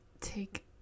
take